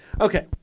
Okay